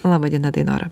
laba diena dainora